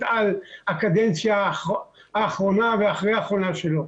על הקדנציה האחרונה ואחרי אחרונה שלו,